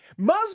Muzz